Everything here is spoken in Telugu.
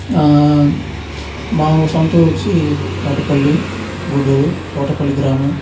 మా సొంతూరు వచ్చి తోటపల్లి గూడూరు తోటపల్లి గ్రామం